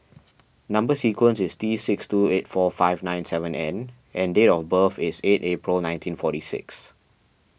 Number Sequence is T six two eight four five nine seven N and date of birth is eight April nineteen forty six